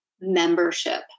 membership